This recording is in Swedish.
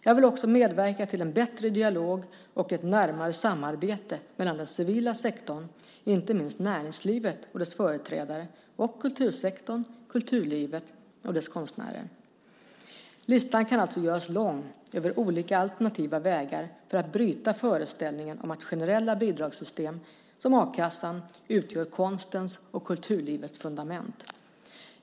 Jag vill också medverka till en bättre dialog och ett närmare samarbete mellan den civila sektorn, inte minst näringslivet och dess företrädare, och kultursektorn, kulturlivet och dess konstnärer. Listan kan alltså göras lång över olika alternativa vägar för att bryta föreställningen om att generella bidragssystem, som a-kassan, utgör konstens och kulturlivets fundament.